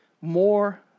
more